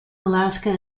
alaska